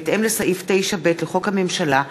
בהתאם לסעיף 9(ב) לחוק הממשלה,